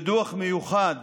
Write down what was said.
בדוח מיוחד